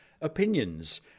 opinions